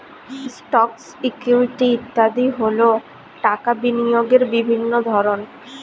stocks, equity ইত্যাদি হল টাকা বিনিয়োগের বিভিন্ন ধরন